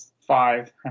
five